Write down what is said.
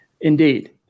Indeed